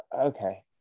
Okay